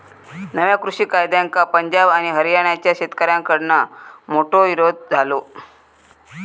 नव्या कृषि कायद्यांका पंजाब आणि हरयाणाच्या शेतकऱ्याकडना मोठो विरोध झालो